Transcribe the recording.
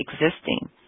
existing